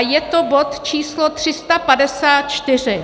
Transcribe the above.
Je to bod č. 354.